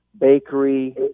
bakery